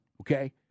Okay